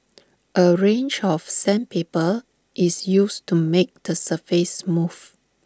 A range of sandpaper is used to make the surface smooth